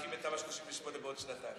חשבתי שתגיד שמאריכים את תמ"א 38 בעוד שנתיים.